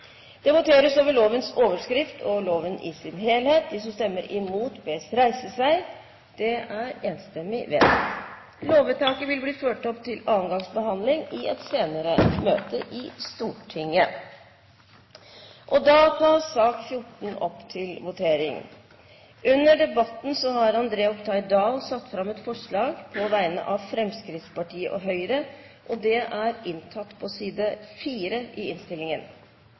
Det voteres over lovens overskrift og loven i sin helhet. Lovvedtaket vil bli ført opp til andre gangs behandling i et senere møte i Stortinget. Det voteres over lovens overskrift og loven i sin helhet. Lovvedtaket vil bli ført opp til andre gangs behandling i et senere møte i Stortinget. Under debatten har André Oktay Dahl satt fram et forslag på vegne av Fremskrittspartiet og Høyre.